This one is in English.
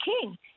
king